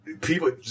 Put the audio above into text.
people